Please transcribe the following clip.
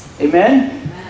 Amen